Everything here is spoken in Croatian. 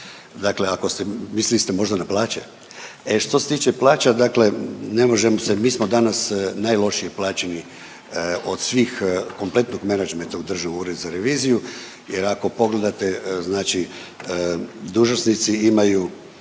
Dakle ako ste, mislili ste možda na plaće? E, što se tiče plaća, dakle ne možemo se, mi smo danas najlošije plaćeni od svih, kompletnog menadžmenta u Državnom uredu za reviziju jer ako pogledate, znači dužnosnici imaju